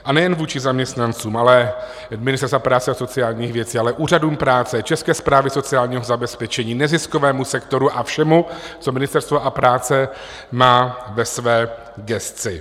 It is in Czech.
A nejen vůči zaměstnancům Ministerstva práce a sociálních věcí, ale úřadům práce, České správy sociálního zabezpečení, neziskovému sektoru a všemu, co Ministerstvo práce má ve své gesci.